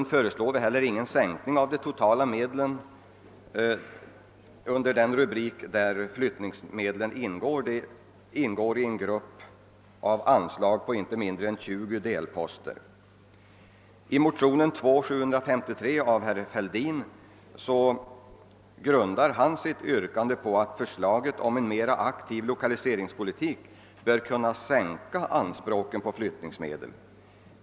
Vi föreslår där inte heller någon sänkning av de totala medlen under den rubrik under vilken dessa flyttningsmedel tas upp. Dessa ingår i en grupp av anslag på inte mindre än 20 delposter. Yrkandet i motionen II: 753 av herr Fälldin m.fl. grundas på förutsättningen att förslaget om en mer aktiv lokaliseringspolitik bör kunna sänka anspråken på flyttningsmedel.